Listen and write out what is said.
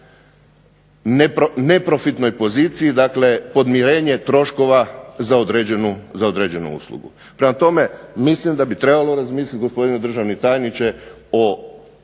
neprofitnoj poziciji, dakle podmirenje troškova za određenu uslugu. Prema tome, mislim da bi trebalo razmisliti gospodine državni tajniče o